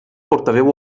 portaveu